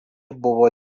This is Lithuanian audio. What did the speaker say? buvo